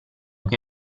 che